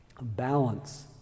balance